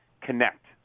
connect